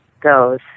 goes